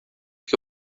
que